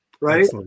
Right